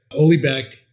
Olibeck